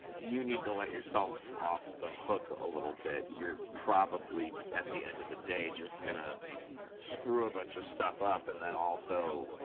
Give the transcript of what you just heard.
you need to let yourself off the hook a little bit. you're probably, at the end of the day, just going to screw a bunch of stuff up. and then also,